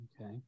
Okay